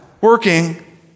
working